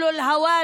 (אומרת בערבית: